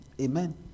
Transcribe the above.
Amen